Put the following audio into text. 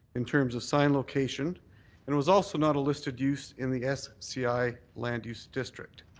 in terms of sign location and was also not a listed use in the sci land use district.